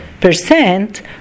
percent